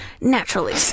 Naturally